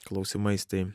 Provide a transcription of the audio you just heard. klausimais tai